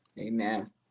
Amen